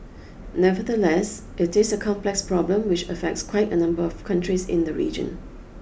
nevertheless it is a complex problem which affects quite a number of countries in the region